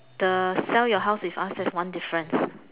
the sell your house is ask as one difference